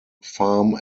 farm